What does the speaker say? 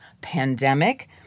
pandemic